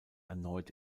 erneut